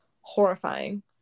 horrifying